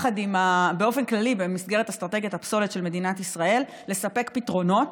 באופן כללי במסגרת אסטרטגיות הפסולת של מדינת ישראל לספק פתרונות,